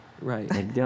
Right